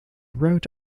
route